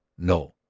no,